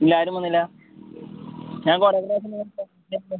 ഇല്ല ആരും വന്നില്ല ഞാൻ കുറേ പ്രാവശ്യം